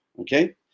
Okay